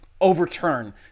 overturn